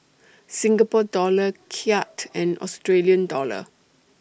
Singapore Dollar Kyat and Australian Dollar